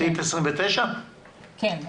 סעיף 29. כן.